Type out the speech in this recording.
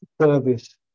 service